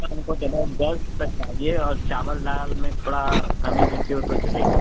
सब हमको जबरदस्त चाहिए और चावल दाल में थोड़ा कमी बेसी हो तो चलेगा